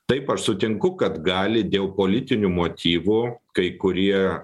taip aš sutinku kad gali dėl politinių motyvų kai kurie